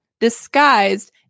disguised